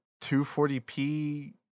240p